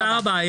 תודה רבה.